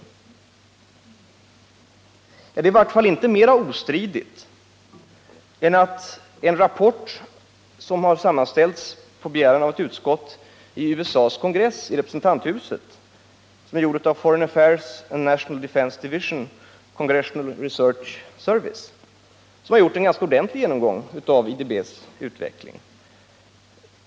Ja, men det är i vart fall inte mer ostridigt än vad som står i en rapport som har sammanställts på begäran av ett utskott i USA:s kongress, i representanthuset. Den är utarbetad av Foreign Affaires and National Defence Division Congressional Research Service, som har gjort en ganska ordentlig genomgång av IDB:s utveckling.